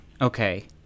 Okay